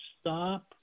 stop